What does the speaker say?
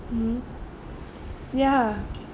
mmhmm ya